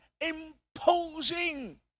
imposing